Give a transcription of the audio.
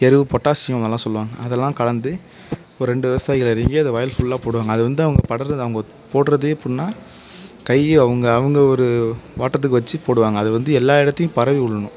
எரு பொட்டாசியம் அதல்லாம் சொல்வாங்க அதெல்லாம் கலந்து ஒரு ரெண்டு விவசாயிகள் இறங்கி அதை வயல் ஃபுல்லாக போடுவாங்க அதை வந்து அவங்க படுறது அவங்க போடுவதே எப்புடின்னா கை அவங்க அவங்க ஒரு வாட்டத்துக்கு வச்சு போடுவாங்க அதுவந்து எல்லா இடத்தையும் பரவி விடணும்